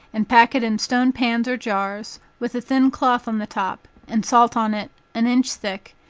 and pack it in stone pans or jars, with a thin cloth on the top, and salt on it an inch thick,